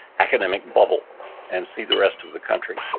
academic bubble and see the rest of the country.